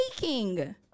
baking